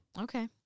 okay